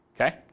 okay